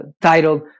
titled